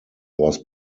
was